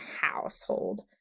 household